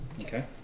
Okay